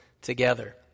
together